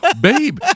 Babe